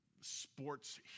sports